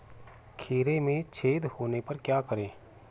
खीरे में छेद होने पर क्या करें?